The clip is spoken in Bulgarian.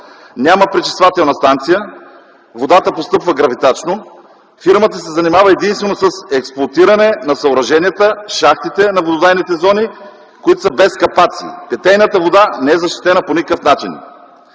Няма пречиствателна станция, водата постъпва гравитачно, фирмата се занимава единствено с експлоатиране на съоръженията, шахтите на вододайните зони, които са без капаци. Питейната вода не е защитена по никакъв начин.